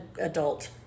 adult